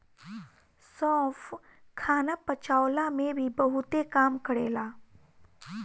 सौंफ खाना पचवला में भी बहुते काम करेला